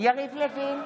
יריב לוין,